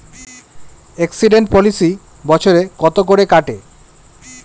Accident policy বছরে কত করে কাটে?